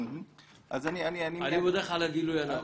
אני מודה לך על הגילוי הנאות.